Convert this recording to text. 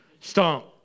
Stomp